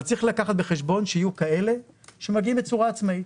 צריך לקחת בחשבון שיהיו כאלה שמגיעים בצורה עצמאית.